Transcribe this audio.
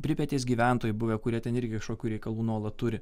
pripetės gyventojai buvę kurie ten irgi kažkokių reikalų nuolat turi